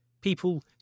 people